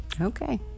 Okay